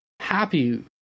happy